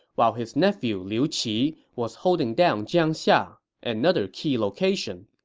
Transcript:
while his nephew liu qi was holding down jiangxia, another key location.